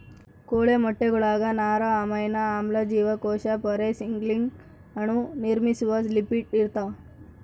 ಕೋಳಿ ಮೊಟ್ಟೆಗುಳಾಗ ನಾರು ಅಮೈನೋ ಆಮ್ಲ ಜೀವಕೋಶ ಪೊರೆ ಸಿಗ್ನಲಿಂಗ್ ಅಣು ನಿರ್ಮಿಸುವ ಲಿಪಿಡ್ ಇರ್ತಾವ